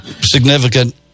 significant